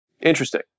Interesting